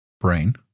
brain